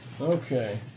Okay